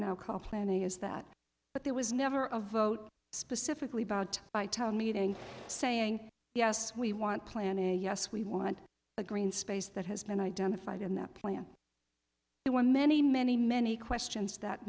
now call planning is that but there was never a vote specifically bought by town meeting saying yes we want plan a yes we want a green space that has been identified in that plan there were many many many questions that